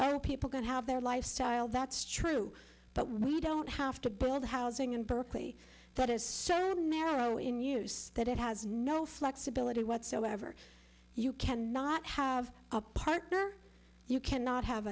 people could have their lifestyle that's true but we don't have to build housing in berkeley that is so narrow in use that it has no flexibility whatsoever you cannot have a partner you cannot have